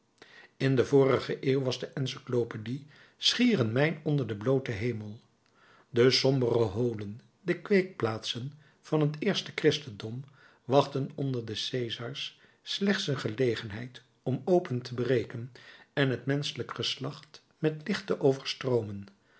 in de vorige eeuw was de encyclopédie schier een mijn onder den blooten hemel de sombere holen de kweekplaatsen van het eerste christendom wachtten onder de cesars slechts een gelegenheid om open te breken en het menschelijk geslacht met licht te overstroomen